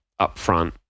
upfront